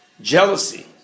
jealousy